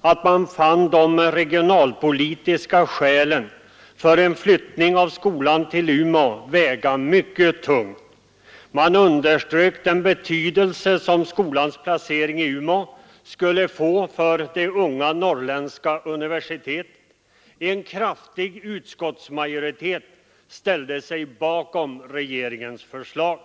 att man fann de regionalpolitiska skälen för en flyttning av skolan till Umeå väga mycket tungt. Man underströk den betydelse som skolans placering i Umeå skulle få för det unga norrländska universitetet. En kraftig utskottsmajoritet ställde sig bakom regeringens förslag.